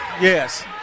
Yes